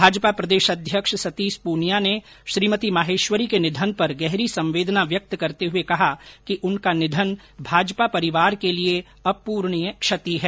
भाजपा प्रदेश अध्यक्ष सतीश प्रनिया ने श्रीमती माहेश्वरी के निधन पर गहरी संवेदना व्यक्त करते हुए कहा कि उनका निधन भाजपा परिवार के लिए अपूरणीय क्षति है